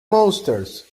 monsters